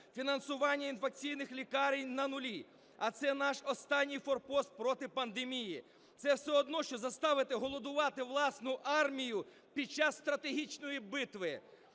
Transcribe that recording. Фінансування інфекційних лікарень на нулі, а це наш останній форпост проти пандемії. Це все одно, що заставити голодувати власну армію під час стратегічної битви.